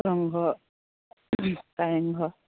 Rang Ghar Kareng Ghar